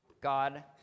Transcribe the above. God